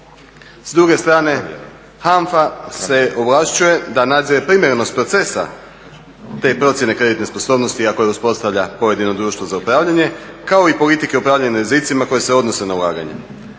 S druge strane HANFA se ovlašćuje da nadzire primjerenost procesa te procjene kreditne sposobnosti iako je uspostavlja pojedino društvo za upravljanje kao i politike upravljanja rizicima koje se odnosne na ulaganja.